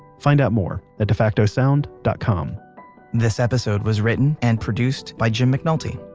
find out more at defacto sound dot com this episode was written and produced by jim mcnulty.